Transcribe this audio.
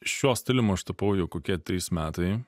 šiuo stilium aš tapau jau kokie trys metai